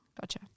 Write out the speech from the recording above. Gotcha